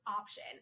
option